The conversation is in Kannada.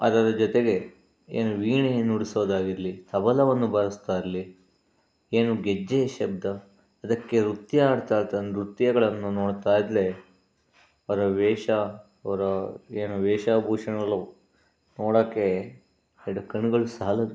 ಅದರ ಜೊತೆಗೆ ಏನು ವೀಣೆ ನುಡಿಸೋದಾಗಿರಲಿ ತಬಲವನ್ನು ಬಾರಿಸುವುದಾಗ್ಲಿ ಏನು ಗೆಜ್ಜೆಯ ಶಬ್ದ ಅದಕ್ಕೆ ನೃತ್ಯ ಆಡ್ತಾ ಆಡ್ತಾ ನೃತ್ಯಗಳನ್ನು ನೋಡ್ತಾಯಿದ್ದರೆ ಅವರ ವೇಷ ಅವರ ಏನು ವೇಷ ಭೂಷಣಗಳು ನೋಡೋಕ್ಕೆ ಎರಡು ಕಣ್ಣುಗಳು ಸಾಲದು